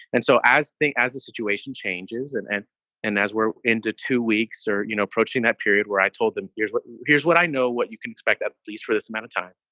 and so as thick as the situation changes and and and as we're into two weeks or, you know, approaching that period where i told them, here's what here's what i know, what you can expect, at least for this amount of time.